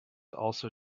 also